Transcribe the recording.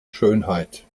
schönheit